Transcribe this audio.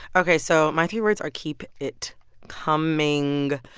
ok. so my three words are keep it coming.